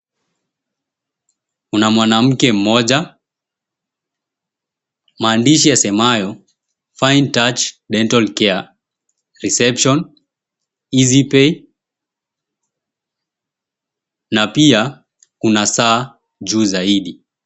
Kuna mwanamke mmoja, maandishi yasemayo, Fine touch dental care reception Easy Pay, na pia kuna saa juu zaidi.